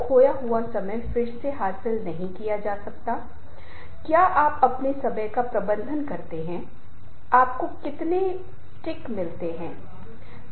आप एक कंपनी में एक प्रस्तुति बना सकते हैं आप अपनी कंपनी की बिक्री पर प्रस्तुति बना सकते हैं आप एक शिक्षक के रूप में कक्षा के लिए प्रस्तुति बना सकते हैं